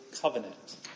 covenant